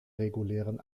regulären